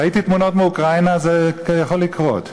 ראיתי תמונות מאוקראינה, זה יכול לקרות.